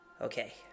Okay